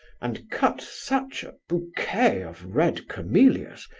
and cut such a bouquet of red camellias!